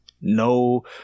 No